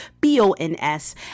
B-O-N-S